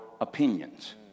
opinions